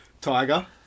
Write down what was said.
Tiger